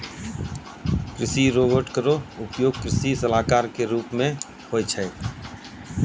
कृषि रोबोट केरो उपयोग कृषि सलाहकार क रूप मे होय छै